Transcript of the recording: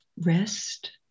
rest